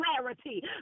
clarity